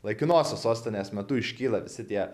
laikinosios sostinės metu iškyla visi tie